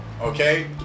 Okay